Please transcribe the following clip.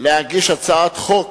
להגיש הצעת חוק